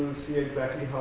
see exactly